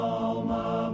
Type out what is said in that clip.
Alma